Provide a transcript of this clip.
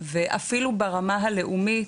אפילו ברמה הלאומית.